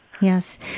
yes